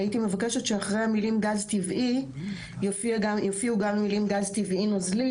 הייתי מבקשת שאחרי המילים "גז טבעי" יופיעו גם המילים "גז טבעי נוזלי"